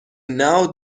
now